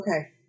okay